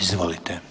Izvolite.